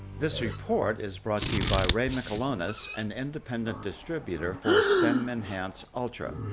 this report is brought to you by ray mikelonis, an independent distributor for stemenhance ultra.